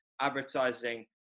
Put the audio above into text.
advertising